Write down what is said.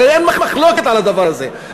הרי אין מחלוקת על הדבר הזה.